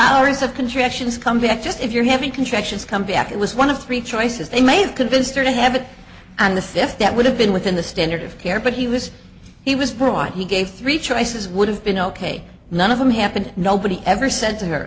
hours of contractions come back just if you're having contractions come back it was one of three choices they may have convinced her to have it and the fifth that would have been within the standard of care but he was he was brought he gave three choices would have been ok none of them happened nobody ever said to her